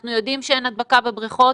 אנחנו יודעים שאין הדבקה בבריכות,